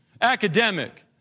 academic